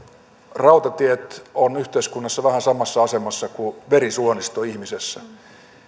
rautatiet ovat yhteiskunnassa vähän samassa asemassa kuin verisuonisto ihmisessä